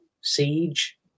Siege